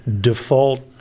default